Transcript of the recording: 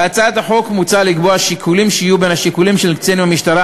בהצעת החוק מוצע לקבוע שיקולים שיהיו בין השיקולים של קצין המשטרה